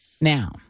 Now